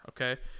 Okay